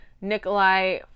Nikolai